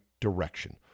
direction